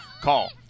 Call